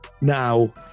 now